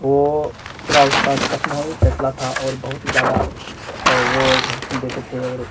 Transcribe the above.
وہ پورا اس کا کہنا ہی فیصلہ تھا اور بہت ہی زیادہ وہ حکم دیتے تھے اور